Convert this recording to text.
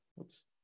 Oops